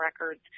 records